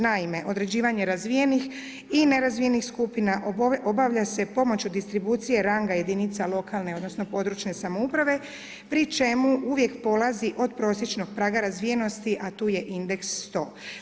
Naime, određivanje razvijenih i nerazvijenih skupina obavlja se pomoću distribucije ranga jedinica lokalne odnosno područne samouprave pri čemu uvijek polazi od prosječnog praga razvijenosti, a tu je indeks 100.